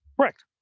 Correct